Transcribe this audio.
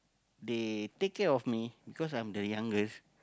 they take care of me because I'm the youngest